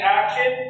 action